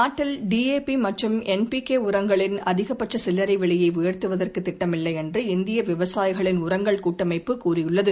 நாட்டில் டிஏபி மற்றும் N P K உரங்களின் அதிக பட்ச சில்லரை விலையை உயர்த்துவதற்கு திட்டமில்லை என்று இந்திய விவசாயிகளின் உரங்கள் கூட்டமைப்பு தெரிவித்துள்ளது